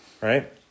Right